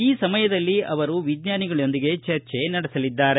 ಈ ಸಮಯದಲ್ಲಿ ಅವರು ವಿಜ್ಞಾನಿಗಳೊಂದಿಗೆ ಚರ್ಚೆ ನಡೆಸಲಿದ್ದಾರೆ